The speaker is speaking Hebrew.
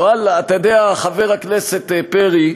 ואללה, אתה יודע, חבר הכנסת פרי,